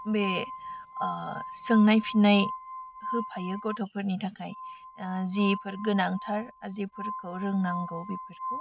बे सोंनाय फिन्नाय होफायो गथ'फोरनि थाखाय जिफोर गोनांथार जिफोरखौ रोंनांगौ बिफोरखौ